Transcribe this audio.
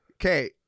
Okay